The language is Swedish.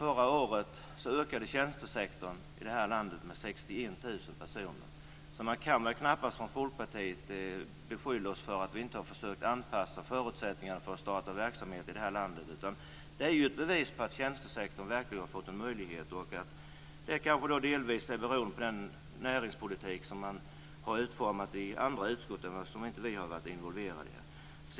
Förra året ökade tjänstesektorn i detta land med 61 000 personer, så man kan väl knappast från Folkpartiet beskylla oss för att vi inte har försökt anpassa förutsättningarna när det gäller att starta verksamhet i detta land. Det är ett bevis på att tjänstesektorn verkligen har fått en möjlighet och att det kanske delvis beror på den näringspolitik som man har utformat i andra utskott som vi inte har varit involverade i.